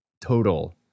total